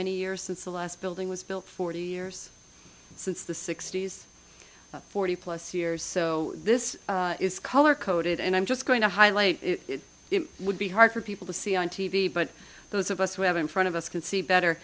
many years since the last building was built forty years since the sixty's forty plus years so this is color coded and i'm just going to highlight it would be hard for people to see on t v but those of us who have in front of us can see better